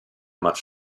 much